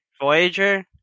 Voyager